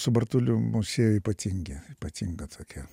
su bartuliu mus siejo ypatingi ypatinga tokia